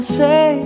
say